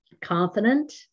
confident